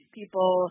people